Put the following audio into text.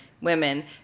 women